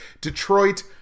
Detroit